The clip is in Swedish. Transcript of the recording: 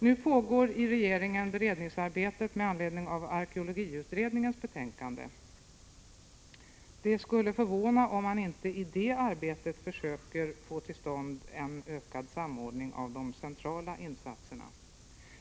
Nu pågår i regeringen beredningsarbete med anledning av arkeologiutredningens betänkande. Det skulle förvåna om man inte i det arbetet försöker få till stånd en ökad samordning av de centrala insatserna.